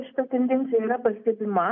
šita tendencija ir yra pastebima